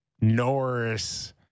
Norris